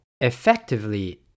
Effectively